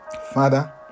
Father